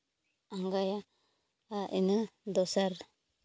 ᱟᱸᱜᱟᱭᱟ ᱟᱨ ᱤᱱᱟᱹ ᱫᱚᱥᱟᱨ